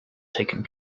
taken